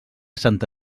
santa